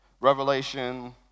Revelation